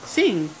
Sing